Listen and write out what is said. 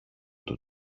του